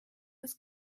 ist